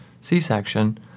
C-section